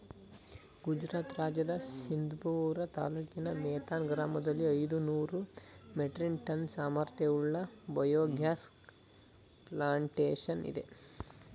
ಗುಜರಾತ್ ರಾಜ್ಯದ ಸಿದ್ಪುರ ತಾಲೂಕಿನ ಮೇಥಾನ್ ಗ್ರಾಮದಲ್ಲಿ ಐದುನೂರು ಮೆಟ್ರಿಕ್ ಟನ್ ಸಾಮರ್ಥ್ಯವುಳ್ಳ ಬಯೋಗ್ಯಾಸ್ ಪ್ಲಾಂಟೇಶನ್ ಇದೆ